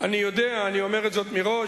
אני יודע, אני אומר את זאת מראש,